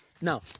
Now